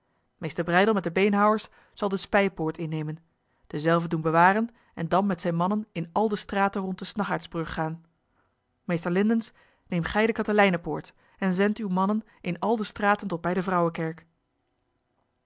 meester breydel met de beenhouwers zal de speypoort innemen dezelve doen bewaren en dan met zijn mannen in al de straten rond de snaggaardsbrug gaan meester lindens neem gij de katelijnepoort en zend uw mannen in al de straten tot bij de vrouwekerk